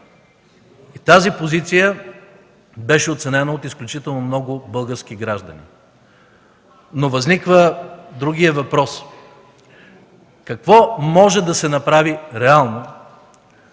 И тази позиция беше оценена от изключително много български граждани. Но възниква другият въпрос: какво може да се направи реално